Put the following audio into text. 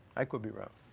i could be wrong.